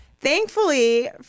Thankfully